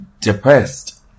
Depressed